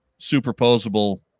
superposable